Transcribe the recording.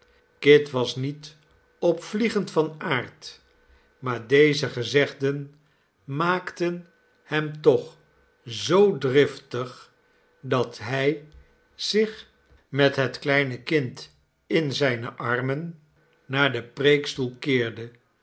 kit was niet opvliegend van aard maar deze gezegden maakten hem toch zoo driftig dat hij zich met het kleine kind in zijne armen naar den preekstoel keerde